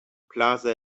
plaza